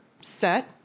set